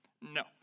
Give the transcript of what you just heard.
no